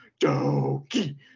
doki